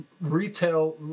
retail